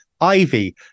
Ivy